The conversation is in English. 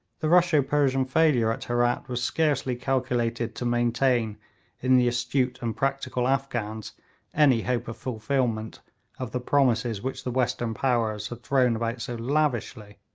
the russo-persian failure at herat was scarcely calculated to maintain in the astute and practical afghans any hope of fulfilment of the promises which the western powers had thrown about so lavishly,